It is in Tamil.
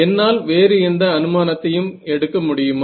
என்னால் வேறு எந்த அனுமானத்தையும் எடுக்க முடியுமா